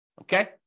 Okay